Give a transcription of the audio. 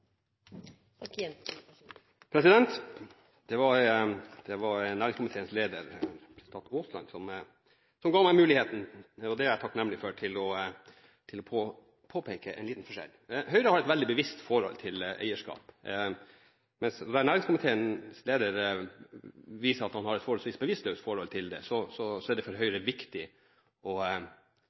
fullmakten. Det var næringskomiteens leder, representanten Aasland, som ga meg muligheten til å påpeke en liten forskjell, og det er jeg takknemlig for. Høyre har et veldig bevisst forhold til eierskap. Mens næringskomiteens leder viser at han har et forholdsvis bevisstløst forhold til det, er det for Høyre viktig å